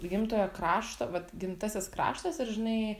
gimtojo krašto vat gimtasis kraštas ir žinai